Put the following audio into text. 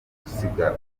gusigara